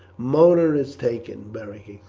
mona is taken! beric